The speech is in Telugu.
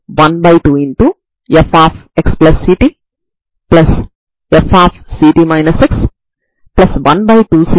వాస్తవానికి పరిష్కారాలు sin μ మరియు sin μ లను స్థిరాంకం తో గుణించడం వల్ల వచ్చినవి అవుతాయి